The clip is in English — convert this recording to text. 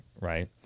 right